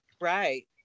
Right